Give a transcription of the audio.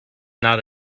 not